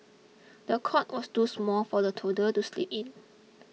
the cot was too small for the toddler to sleep in